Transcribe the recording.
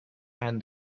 and